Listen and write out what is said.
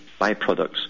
byproducts